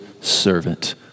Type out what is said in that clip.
servant